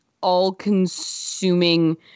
all-consuming